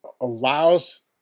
allows